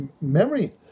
memory